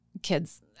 kids